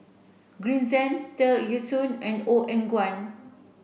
Green Zeng Tear Ee Soon and Ong Eng Guan